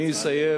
אני אסיים.